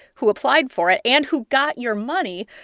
who applied for it and who got your money,